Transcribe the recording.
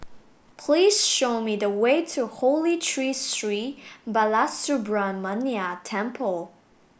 please show me the way to Holy Tree Sri Balasubramaniar Temple